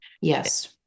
Yes